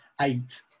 eight